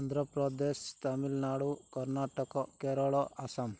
Andhra Pradesh Tamil Nadu Karnataka Kerala Assam